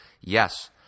Yes